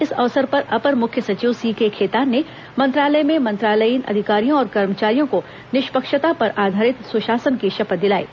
इस अवसर पर अपर मुख्य सचिव सीके खेतान ने मंत्रालय में मंत्रालयीन अधिकारियों और कर्मचारियों को निष्पक्षता पर आधारित सुशासन की शपथ दिलायी